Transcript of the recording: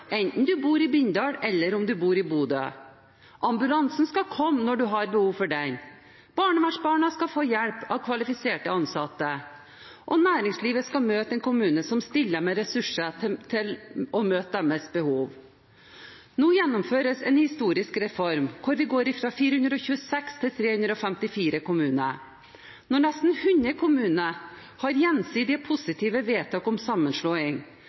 enten man bor i Bindal eller om man bor i Bodø. Ambulansen skal komme når du har behov for den, barnevernsbarna skal få hjelp av kvalifiserte ansatte, og næringslivet skal møte en kommune som stiller med ressurser til å møte deres behov. Nå gjennomføres en historisk reform hvor vi går fra 426 til 354 kommuner. Når nesten 100 kommuner har gjensidige positive vedtak om sammenslåing,